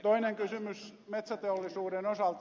toinen kysymys metsäteollisuuden osalta